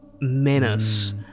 menace